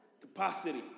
Capacity